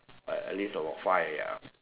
at least about five ah